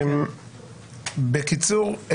בקיצור,